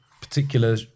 particular